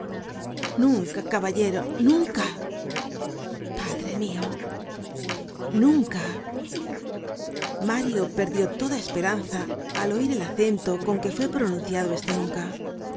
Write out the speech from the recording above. google book search generated at nunca mario perdió toda esperanza al oir el acento con que fue pronunciado este nunca